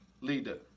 leader